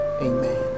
Amen